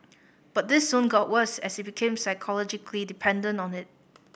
but this soon got worse as he became psychologically dependent on it